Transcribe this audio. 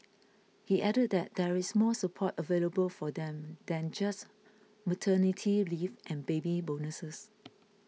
he added that there is more support available for them than just maternity leave and baby bonuses